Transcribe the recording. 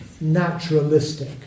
naturalistic